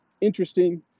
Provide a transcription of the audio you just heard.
interesting